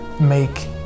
make